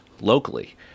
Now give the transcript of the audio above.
locally